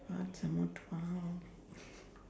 what some more to ask